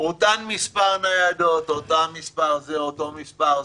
אותו מספר ניידות, אותו מספר זה וזה.